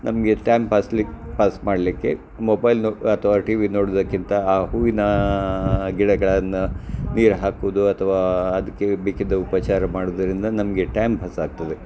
ನಮಗೆ ಟೈಮ್ ಪಾಸ್ಲಿ ಪಾಸ್ ಮಾಡಲಿಕ್ಕೆ ಮೊಬೈಲು ಅಥ್ವಾ ಟಿವಿ ನೋಡೋದಕ್ಕಿಂತ ಆ ಹೂವಿನ ಗಿಡಗಳನ್ನು ನೀರು ಹಾಕೋದು ಅಥವಾ ಅದಕ್ಕೆ ಬೇಕಿದ್ದ ಉಪಚಾರ ಮಾಡೋದರಿಂದ ನಮಗೆ ಟೈಮ್ ಪಾಸ್ ಆಗ್ತದೆ